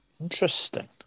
Interesting